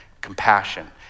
Compassion